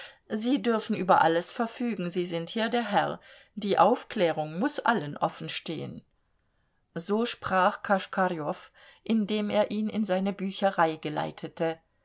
sie dürfen über alles verfügen sie sind hier der herr die aufklärung muß allen offenstehen so sprach koschkarjow indem er ihn in seine bücherei geleitete